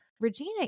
Regina